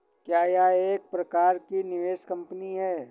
क्या यह एक प्रकार की निवेश कंपनी है?